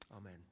Amen